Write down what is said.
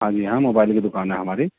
ہاں جی ہاں موبائل کی دکان ہے ہماری